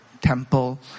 temple